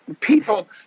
people